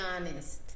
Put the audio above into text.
honest